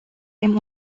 den